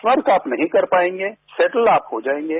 फर्क आप नहीं कर पाएगे सैंटल आप हो जाएगे